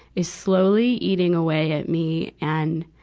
is slowly eating away at me. and,